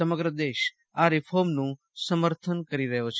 સમગ્ર દેશ આ રીફોર્મનું સમર્થન કરી રહયો છે